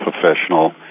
professional